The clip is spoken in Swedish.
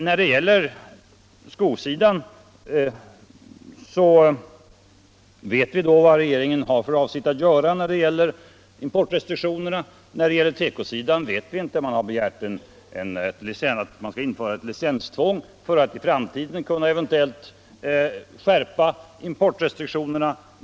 När det gäller skoimporten vet vi vad regeringen har för avsikt att göra. I fråga om tekoimporten vet vi det inte. Man har begärt ett licenstvång för att i framtiden eventuellt kunna införa importrestriktioner.